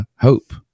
hope